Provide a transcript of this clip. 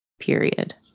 period